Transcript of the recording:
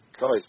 guys